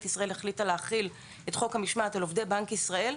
ישראל החליטה להחיל את חוק המשמעת על עובדי בנק ישראל,